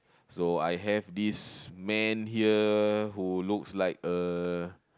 so I have this man here who looks like a